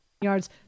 yards